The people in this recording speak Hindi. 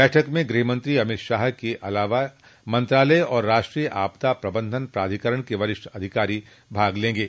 बैठक में गृह मंत्री अमित शाह के अलावा मंत्रालय और राष्ट्रीय आपदा प्रबंधन प्राधिकरण के वरिष्ठ अधिकारी भाग लेंगे